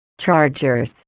chargers